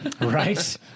Right